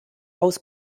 aus